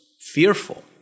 fearful